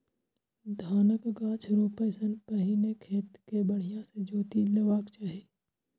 धानक गाछ रोपै सं पहिने खेत कें बढ़िया सं जोति लेबाक चाही